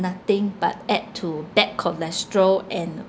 nothing but add to bad cholesterol and